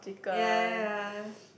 ya ya ya